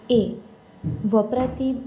એ વપરાતી